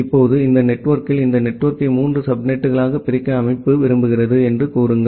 இப்போது இந்த நெட்வொர்க்கில் இந்த நெட்வொர்க்கை மூன்று சப்நெட்டுகளாக பிரிக்க அமைப்பு விரும்புகிறது என்று கூறுங்கள்